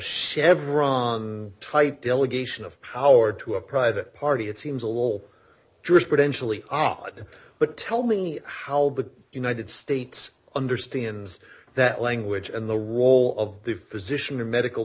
chevron type delegation of power to a private party it seems a little jewish potentially odd but tell me how the united states understands that language and the role of the physician or medical